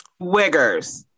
Wiggers